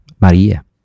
Maria